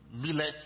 millet